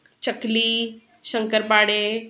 चकली शंकरपाळे